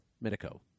medico